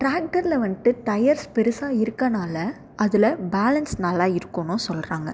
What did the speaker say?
டிராக்ரில் வந்திட்டு டயர்ஸ் பெருசாக இருக்கறனால தில் பேலன்ஸ் நல்லா இருக்குதுன்னு சொல்கிறாங்க